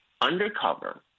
undercover